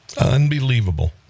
Unbelievable